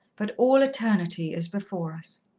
but all eternity is before us.